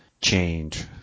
change